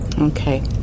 Okay